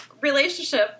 relationship